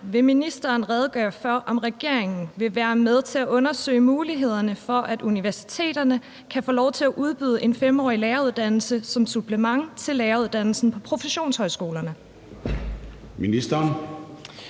Vil ministeren redegøre for, om regeringen vil være med til at undersøge mulighederne for, at universiteterne kan få lov til at udbyde en 5-årig læreruddannelse som supplement til læreruddannelsen på professionshøjskolerne? Formanden